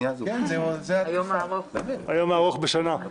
היום הארוך בשנה.